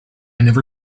never